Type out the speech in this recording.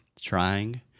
trying